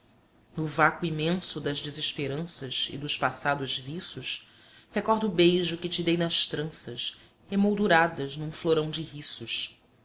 no vácuo imenso das desesperanças e dos passados viços recordo o beijo que te dei nas tranças emolduradas num florão de riços